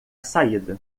saída